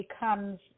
becomes